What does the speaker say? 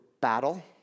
battle